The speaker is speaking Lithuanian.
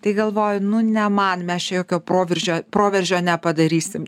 tai galvoju nu ne man mes čia jokio proveržio proveržio nepadarysim